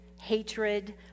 hatred